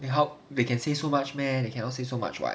they help they can say so much meh they cannot say so much [what]